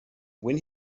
when